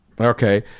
Okay